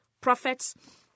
prophets